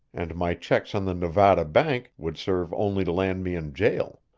and my checks on the nevada bank would serve only to land me in jail.